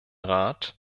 rat